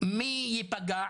מי יפגע?